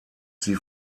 sie